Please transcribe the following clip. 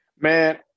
man